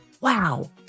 Wow